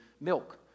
milk